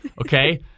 okay